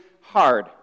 hard